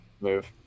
Move